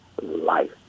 life